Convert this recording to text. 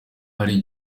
hariho